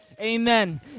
Amen